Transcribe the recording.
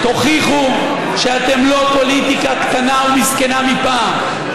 תוכיחו שאתם לא פוליטיקה קטנה ומסכנה מפעם.